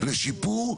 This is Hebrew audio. לשיפור,